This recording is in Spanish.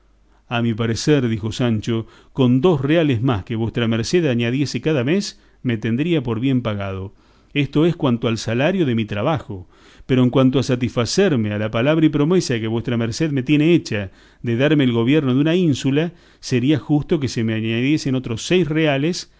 a mi parecer dijo sancho con dos reales más que vuestra merced añadiese cada mes me tendría por bien pagado esto es cuanto al salario de mi trabajo pero en cuanto a satisfacerme a la palabra y promesa que vuestra merced me tiene hecha de darme el gobierno de una ínsula sería justo que se me añadiesen otros seis reales